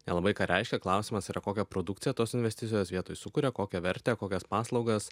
nelabai ką reiškia klausimas yra kokią produkciją tos investicijos vietoj sukuria kokią vertę kokias paslaugas